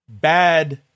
bad